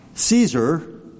Caesar